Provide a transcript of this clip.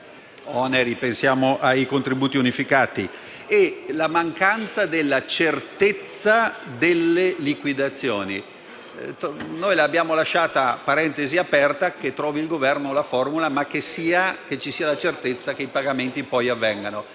serie di oneri (i contributi unificati), e alla mancanza della certezza delle liquidazioni. Noi abbiamo lasciato una parentesi aperta; che trovi il Governo la formula, ma che ci sia la certezza che i pagamenti avvengano,